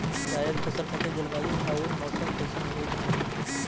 जायद फसल खातिर जलवायु अउर मौसम कइसन होवे के चाही?